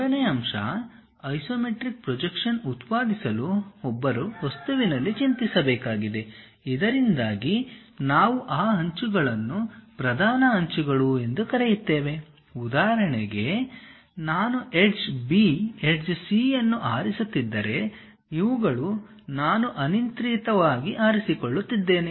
ಮೂರನೆಯ ಅಂಶ isometric projection ಉತ್ಪಾದಿಸಲು ಒಬ್ಬರು ವಸ್ತುವಿನಲ್ಲಿ ಚಿಂತಿಸಬೇಕಾಗಿದೆ ಇದರಿಂದಾಗಿ ನಾವು ಆ ಅಂಚುಗಳನ್ನು ಪ್ರಧಾನ ಅಂಚುಗಳು ಎಂದು ಕರೆಯುತ್ತೇವೆ ಉದಾಹರಣೆಗೆ ನಾನು ಎಡ್ಜ್ ಬಿ ಎಡ್ಜ್ ಸಿ ಅನ್ನು ಆರಿಸುತ್ತಿದ್ದರೆ ಇವುಗಳು ನಾನು ಅನಿಯಂತ್ರಿತವಾಗಿ ಆರಿಸಿಕೊಳ್ಳುತ್ತಿದ್ದೇನೆ